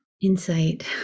insight